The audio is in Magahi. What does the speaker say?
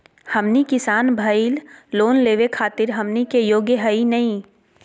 हमनी किसान भईल, लोन लेवे खातीर हमनी के योग्य हई नहीं?